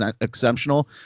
exceptional